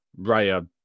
Raya